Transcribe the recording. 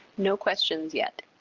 no questions yet.